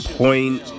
point